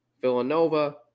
Villanova